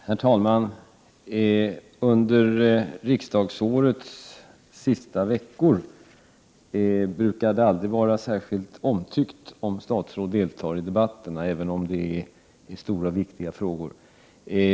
Herr talman! Under riksdagsårets sista veckor brukar det aldrig vara särskilt omtyckt när statsråd deltar i debatter, även om det är stora och viktiga frågor.